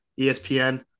ESPN